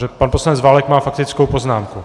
Protože pan poslanec Válek má faktickou poznámku.